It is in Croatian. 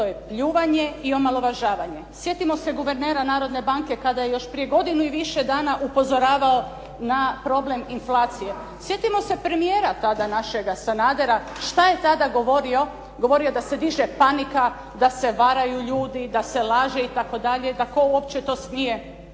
to je pljuvanje i omalovažavanje. Sjetimo se guvernera Narodne banke kada je još prije godinu i više dana upozoravao na problem inflacije, sjetimo se premijera tada našega Sanadera šta je tada govorio. Govorio je da se diže panika, da se varaju ljudi, da se laže itd. da tko uopće to smije